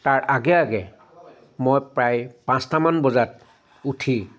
তাৰ আগে আগে মই প্ৰায় পাঁচটামান বজাত উঠি